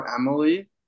Emily